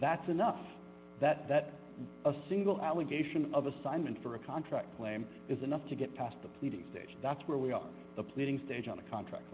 that's enough that that a single allegation of assignment for a contract claim is enough to get past the pleading stage that's where we are the pleading stage of the contract